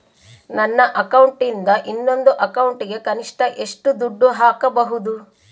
ನನ್ನ ಅಕೌಂಟಿಂದ ಇನ್ನೊಂದು ಅಕೌಂಟಿಗೆ ಕನಿಷ್ಟ ಎಷ್ಟು ದುಡ್ಡು ಹಾಕಬಹುದು?